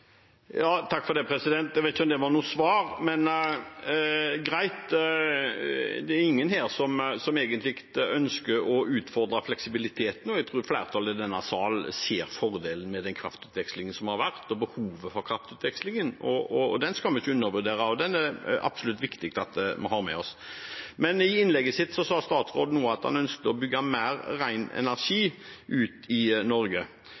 Jeg vet ikke om det var noe svar, men greit. Det er ingen her som egentlig ønsker å utfordre fleksibiliteten. Jeg tror flertallet i denne sal ser fordelen med den kraftutvekslingen som har vært, og behovet for kraftutvekslingen. Den skal vi ikke undervurdere; den er det absolutt viktig at vi har med oss. Men i innlegget sitt sa statsråden nå at han ønsket å bygge mer ren energi i Norge.